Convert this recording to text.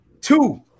two